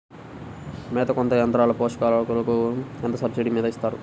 మేత కోత యంత్రం పశుపోషకాలకు ఎంత సబ్సిడీ మీద ఇస్తారు?